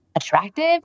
Attractive